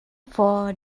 for